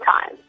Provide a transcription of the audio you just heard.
time